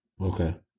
Okay